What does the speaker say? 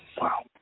Wow